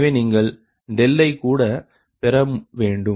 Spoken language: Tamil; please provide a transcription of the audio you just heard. எனவே நீங்கள் ஐ கூட பெற வேண்டும்